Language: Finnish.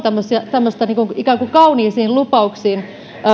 tämmöistä ikään kuin kauniisiin lupauksiin